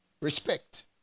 respect